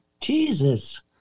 jesus